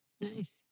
nice